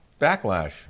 backlash